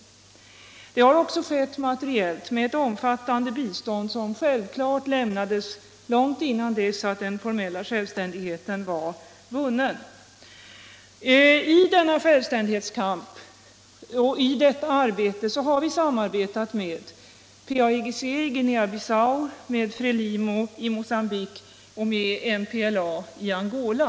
Sverige har också stött kampen materiellt med ett omfattande bistånd som självklart lämnades långt innan den formella självständigheten var vunnen. I detta arbete har vi samarbetat med PAIGC i Guinea-Bissau, med Frelimo i Mocambique och med MPLA i Angola.